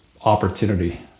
opportunity